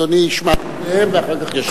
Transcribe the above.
אדוני ישמע את שתיהן ואחר כך ישיב.